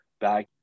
back